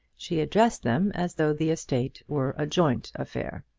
she addressed them as though the estate were a joint affair.